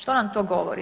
Što nam to govori?